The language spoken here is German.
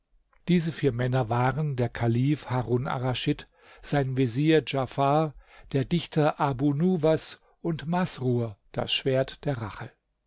diese vier männer waren der kalif harun arraschid sein vezier djafar der dichter abu nuwas und masrur das schwert der rache